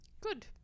Good